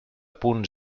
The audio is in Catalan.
punt